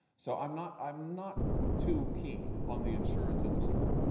so i'm not i'm not too keen on the insurance industry.